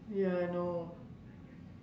ya I know